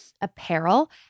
apparel